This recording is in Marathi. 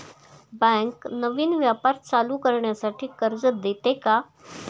बँक नवीन व्यापार चालू करण्यासाठी कर्ज देते का?